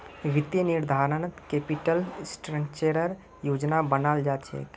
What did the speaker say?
वित्तीय निर्धारणत कैपिटल स्ट्रक्चरेर योजना बनाल जा छेक